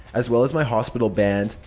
as well as my hospital band.